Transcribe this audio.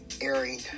airing